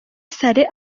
saleh